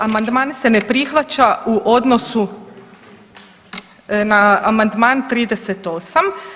Amandman se ne prihvaća u odnosu na amandman 38.